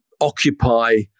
occupy